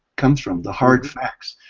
comes from, the hard facts.